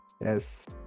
Yes